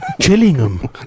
Chillingham